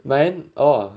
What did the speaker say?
mine orh